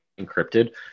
encrypted